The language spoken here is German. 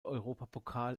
europapokal